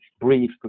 brief